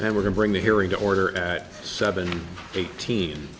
and we're going bring the hearing to order at seven eighteen